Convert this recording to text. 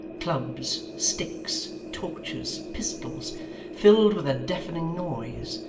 clubs, sticks, torches, pistols filled with a deafening noise,